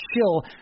chill